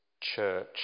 church